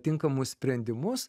tinkamus sprendimus